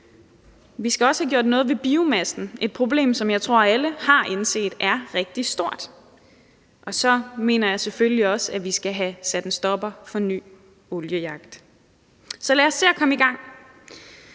Vi skal også have gjort noget ved biomassen – et problem, som jeg tror at alle har indset er rigtig stort. Og så mener jeg selvfølgelig også, at vi skal have sat en stopper for ny oliejagt. Så lad os se at komme i gang.